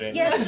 Yes